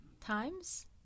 times